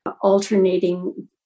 alternating